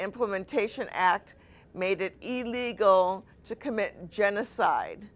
implementation act made it even legal to commit genocide